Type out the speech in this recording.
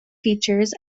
features